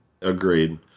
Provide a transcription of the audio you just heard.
Agreed